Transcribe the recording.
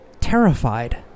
terrified